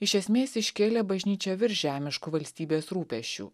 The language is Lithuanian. iš esmės iškėlė bažnyčią virš žemiškų valstybės rūpesčių